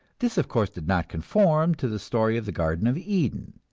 this of course did not conform to the story of the garden of eden,